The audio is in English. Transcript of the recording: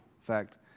fact